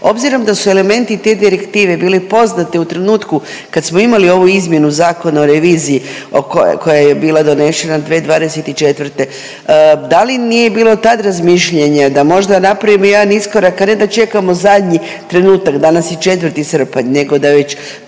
obzirom da su elementi te direktive bili poznati u trenutku kad smo imali ovu izmjenu Zakona o reviziji koja je bila donešena 2024., da li nije bilo tad razmišljanja da možda napravimo jedan iskorak, a ne da čekamo zadnji trenutak, danas je 4. srpanj, nego da već